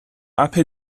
اَپ